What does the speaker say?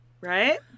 right